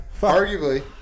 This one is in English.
Arguably